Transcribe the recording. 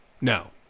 no